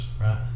right